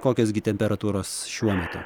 kokios gi temperatūros šiuo metu